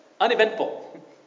uneventful